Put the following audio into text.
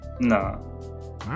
no